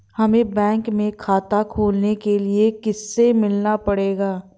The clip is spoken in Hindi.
हमे बैंक में खाता खोलने के लिए किससे मिलना पड़ेगा?